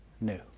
new